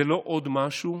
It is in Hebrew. זה לא עוד משהו,